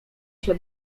się